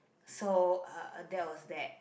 so uh that was bad